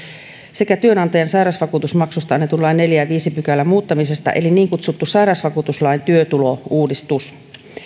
sekä työnantajan sairausvakuutusmaksuista annetun lain neljännen ja viidennen pykälän muuttamisesta eli niin kutsuttu sairausvakuutuslain työtulouudistus